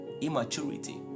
Immaturity